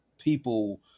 people